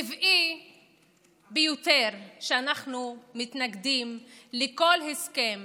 טבעי ביותר שאנחנו מתנגדים לכל הסכם